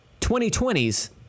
2020's